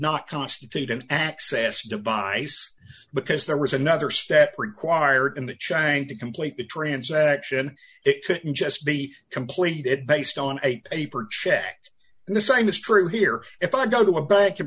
not constitute an access device because there was another step required in that trying to complete the transaction it couldn't just be completed based on a paper check and the same is true here if i go to a bank can